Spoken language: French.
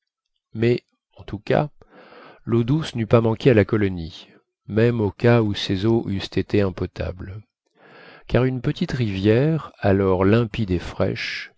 mais en tout cas l'eau douce n'eût pas manqué à la colonie même au cas où ces eaux eussent été impotables car une petite rivière alors limpide et fraîche